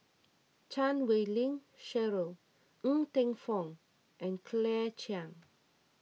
Chan Wei Ling Cheryl Ng Teng Fong and Claire Chiang